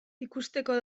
ikusteko